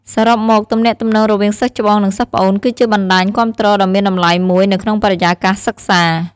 សរុបមក ទំនាក់ទំនងរវាងសិស្សច្បង និងសិស្សប្អូន គឺជាបណ្តាញគាំទ្រដ៏មានតម្លៃមួយនៅក្នុងបរិយាកាសសិក្សា។